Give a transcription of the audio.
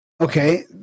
Okay